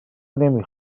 نمی